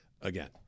again